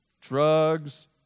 Drugs